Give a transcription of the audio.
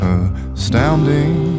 astounding